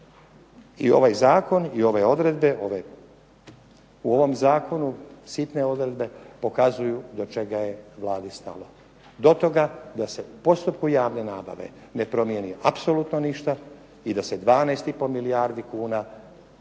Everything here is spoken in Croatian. I ovaj zakon i ove odredbe, u ovom zakonu sitne odredbe pokazuju do čega je Vladi stalo. Do toga da se u postupku javne nabave ne promijeni apsolutno ništa i da se 12 i pol milijardi kuna stekne